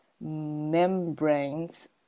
membranes